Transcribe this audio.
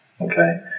okay